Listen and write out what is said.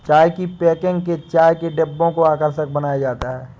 चाय की पैकेजिंग में चाय के डिब्बों को आकर्षक बनाया जाता है